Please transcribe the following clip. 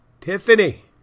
Tiffany